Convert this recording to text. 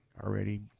already